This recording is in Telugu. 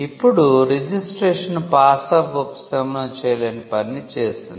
ఇప్పుడు రిజిస్ట్రేషన్ 'పాస్ ఆఫ్ ఉపశమనం' చేయలేని పనిని చేసింది